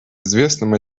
известным